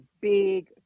big